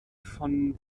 von